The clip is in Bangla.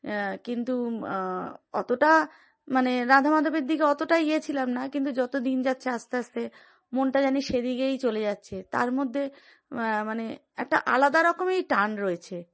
কিন্তু অতটা মানে রাধা মাধবের দিকে অতটা ইয়ে ছিলাম না কিন্তু যত দিন যাচ্ছে আস্তে আস্তে মনটা জানি সেই দিকেই চলে যাচ্ছে তার মধ্যে মানে একটা আলাদা রকমই টান রয়েছে